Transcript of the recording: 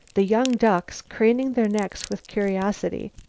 the young ducks, craning their necks with curiosity,